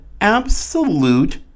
absolute